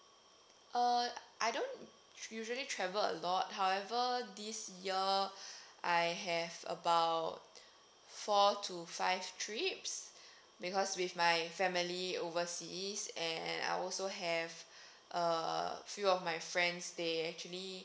uh I don't usually travel a lot however this year I have about four to five trips because with my family overseas and I also have a few of my friends they actually